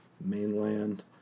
mainland